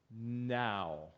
now